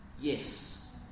Yes